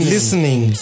Listening